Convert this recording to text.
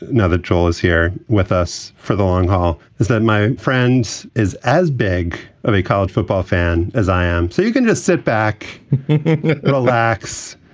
another troll is here with us for the long haul is that, my friends, is as big of a college football fan as i am. so you can just sit back and relax.